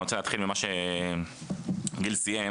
אני רוצה להתחיל עם מה שגיל סיים,